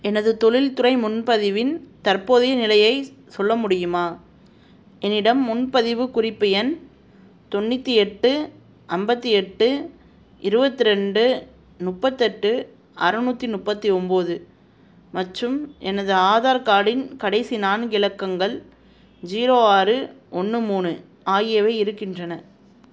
எனது தொழித்துறை முன்பதிவின் தற்போதைய நிலையை சொ சொல்ல முடியுமா என்னிடம் முன்பதிவு குறிப்பு எண் தொண்ணூற்றி எட்டு ஐம்பத்தி எட்டு இருவத்திரெண்டு முப்பத்தெட்டு அறநூற்றீ முப்பத்தி ஒன்போது மற்றும் எனது ஆதார் கார்டின் கடைசி நான்கு இலக்கங்கள் ஜீரோ ஆறு ஒன்று மூணு ஆகியவை இருக்கின்றன